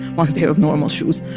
one pair of normal shoes.